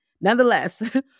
Nonetheless